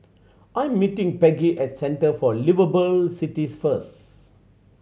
I'm meeting Peggy at Centre for Liveable Cities first